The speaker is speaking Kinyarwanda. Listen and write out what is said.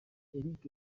eric